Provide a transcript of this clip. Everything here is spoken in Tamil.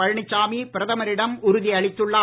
பழனிசாமி பிரதமரிடம் உறுதி அளித்துள்ளார்